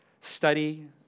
study